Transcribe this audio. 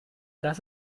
das